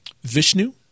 Vishnu